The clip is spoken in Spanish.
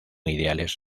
ideales